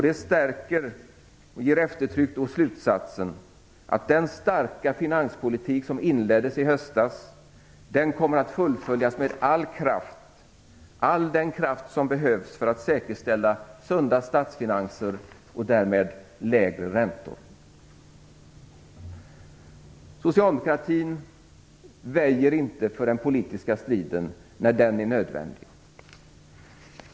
Det stärker och ger eftertryck åt slutsatsen att den starka finanspolitik som inleddes i höstas kommer att fullföljas med all den kraft som behövs för att säkerställa sunda statsfinanser och därmed lägre räntor. Socialdemokratin väjer inte för den politiska striden när den är nödvändig.